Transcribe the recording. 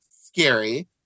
scary